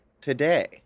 today